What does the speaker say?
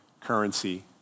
currency